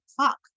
fuck